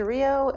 Rio